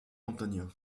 antonio